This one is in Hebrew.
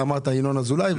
אמרת ינון אזולאי.